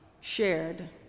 shared